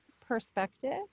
perspective